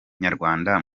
nyarwanda